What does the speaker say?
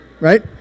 right